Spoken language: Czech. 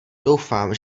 doufám